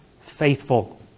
faithful